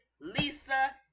lisa